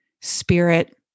spirit